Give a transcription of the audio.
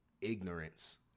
ignorance